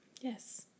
Yes